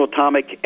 Atomic